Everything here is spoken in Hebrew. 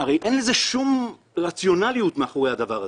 הרי אין לזה שום רציונאליות מאחורי הדבר הזה.